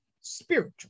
spiritual